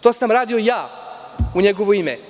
To sam radio ja u njegovo ime.